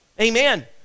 amen